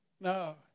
No